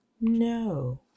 No